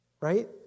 right